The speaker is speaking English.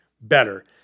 better